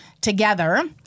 together